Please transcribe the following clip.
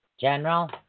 General